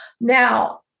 Now